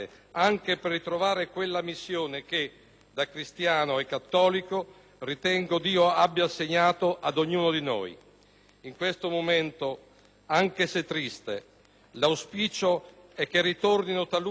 da cristiano e cattolico, ritengo Dio abbia assegnato ad ognuno di noi. In questo momento, anche se triste, l'auspicio è che ritornino talune centralità sul diritto alla vita,